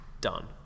Done